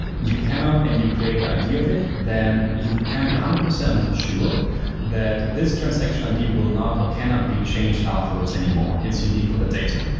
you cannot and you create the id of it, then you can be one hundred percent sure that this transection id will not or cannot be changed afterwards anymore. it's unique for the data.